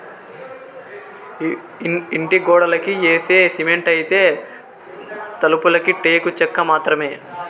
ఇంటి గోడలకి యేసే సిమెంటైతే, తలుపులకి టేకు చెక్క మాత్రమే